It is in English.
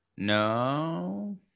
No